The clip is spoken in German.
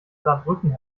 saarbrücken